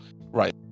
Right